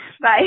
bye